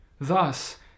thus